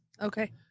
okay